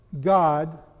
God